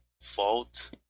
fault